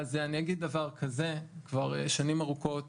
אז אני אגיד דבר כזה, כבר שנים ארוכות